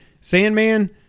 sandman